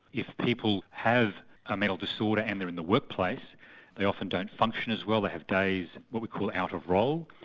if people have a mental disorder and they are in the workplace they often don't function as well, they have days what we call out of role,